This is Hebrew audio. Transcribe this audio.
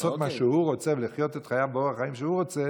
לעשות מה שהוא רוצה ולחיות את חייו באורח חיים שהוא רוצה,